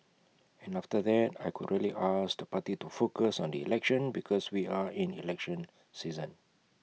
and after that I could really ask the party to focus on the election because we are in election season